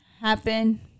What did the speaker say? happen